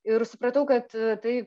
ir supratau kad tai